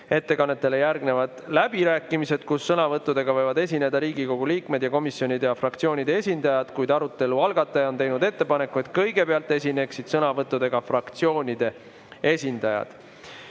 Ettekannetele järgnevad läbirääkimised, sõnavõttudega võivad esineda Riigikogu liikmed ning komisjonide ja fraktsioonide esindajad, kuid arutelu algataja on teinud ettepaneku, et kõigepealt esineksid sõnavõttudega fraktsioonide esindajad. Aga